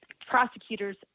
prosecutors